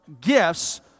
gifts